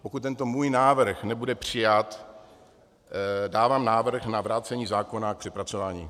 Pokud tento můj návrh nebude přijat, dávám návrh na vrácení zákona k přepracování.